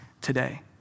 today